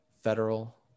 federal